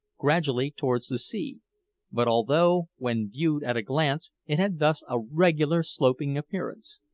gradually towards the sea but although, when viewed at a glance, it had thus a regular sloping appearance,